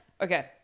Okay